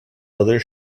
other